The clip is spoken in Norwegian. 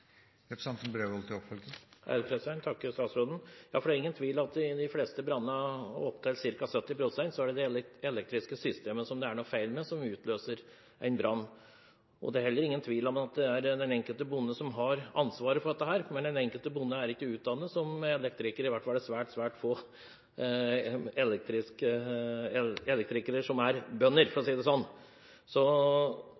takker statsråden for svaret. Det er ingen tvil om at i de fleste brannene – opptil ca. 70 pst. – så er det det elektriske systemet det er noe feil ved, og som utløser en brann. Det er heller ingen tvil om at det er den enkelte bonde som har ansvaret for dette, men den enkelte bonde er ikke utdannet som elektriker. I hvert fall er det svært få elektrikere som er bønder, for å